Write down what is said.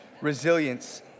Resilience